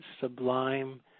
sublime